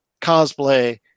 cosplay